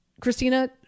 Christina